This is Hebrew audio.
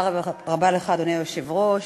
אדוני היושב-ראש,